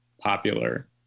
popular